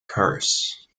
curse